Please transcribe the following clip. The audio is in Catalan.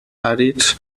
àrids